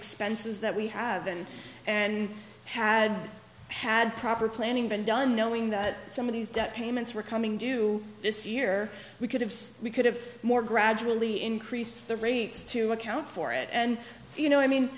expenses that we have been and had had proper planning been done knowing that some of these debt payments were coming due this year we could have we could have more gradually increased the rates to account for it and you know i mean